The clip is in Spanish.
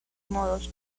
modos